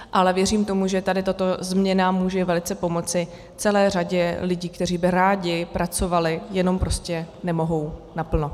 Ale věřím tomu, že tato změna může velice pomoci celé řadě lidí, kteří by rádi pracovali, jenom prostě nemohou naplno.